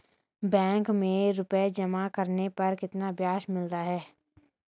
Bank में रुपये जमा करने पर कितना ब्याज मिलता है?